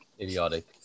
Idiotic